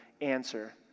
answer